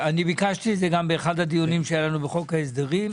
וביקשתי את זה גם באחד הדיונים שהיו לנו בחוק ההסדרים,